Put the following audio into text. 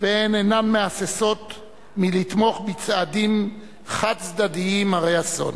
והן אינן מהססות לתמוך בצעדים חד-צדדיים הרי אסון.